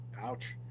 ouch